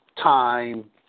time